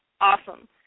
Awesome